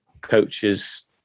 coaches